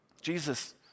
Jesus